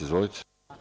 Izvolite.